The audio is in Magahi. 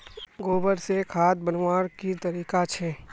गोबर से खाद बनवार की तरीका छे?